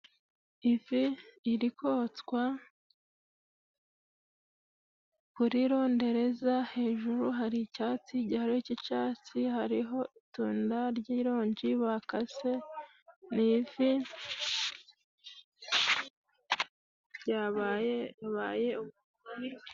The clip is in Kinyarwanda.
Ivi iri kotswa kuri rondereza hejuru hari icatsi gihari cy'icyatsi hariho itunda ryironji ba bakase ni ivi b ryabaye bibaye ubu.